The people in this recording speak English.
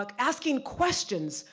like asking questions,